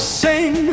sing